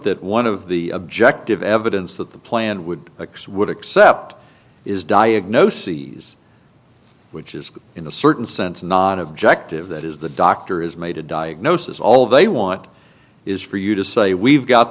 that one of the objective evidence that the plan would accept would accept is diagnoses which is in a certain sense not objective that is the doctor has made a diagnosis all they want is for you to say we've got